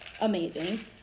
amazing